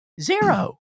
Zero